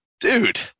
Dude